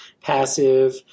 passive